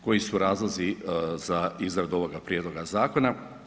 Koji su razlozi za izradu ovoga prijedloga zakona?